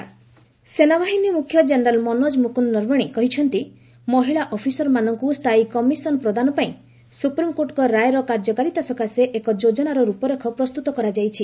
SC commission women officers ସେନାବାହିନୀ ମୁଖ୍ୟ general Manoj Mukund Naravane କହିଛନ୍ତି ମହିଳା ଅଫିସରମାନଙ୍କୁ ସ୍ଥାୟୀ କମିଶନ ପ୍ରଦାନ ପାଇଁ ସୁପ୍ରିମକୋର୍ଟଙ୍କ ରାୟର କାର୍ଯ୍ୟକାରିତା ସକାଶେ ଏକ ଯୋଜନାର ରୂପରେଖ ପ୍ରସ୍ତୁତ କରାଯାଇଛି